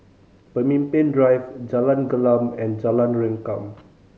Pemimpin Drive Jalan Gelam and Jalan Rengkam